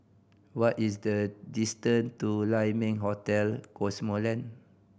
what is the distance to Lai Ming Hotel Cosmoland